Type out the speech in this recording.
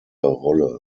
rolle